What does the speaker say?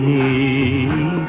e